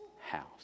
house